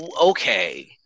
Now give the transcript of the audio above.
Okay